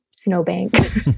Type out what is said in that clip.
snowbank